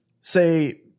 say